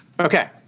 Okay